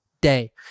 day